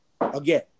again